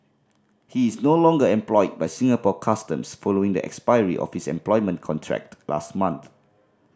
he is no longer employed by Singapore Customs following the expiry of his employment contract last month